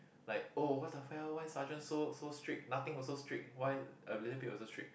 like oh what the fell why sergeant so so strict nothing also strict why a little bit also strict